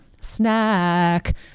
snack